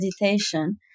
meditation